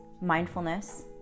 mindfulness